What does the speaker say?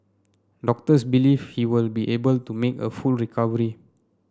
doctors believe he will be able to make a full recovery